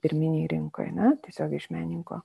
pirminėj rinkoj ne tiesiogiai iš menininko